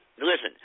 Listen